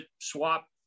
swap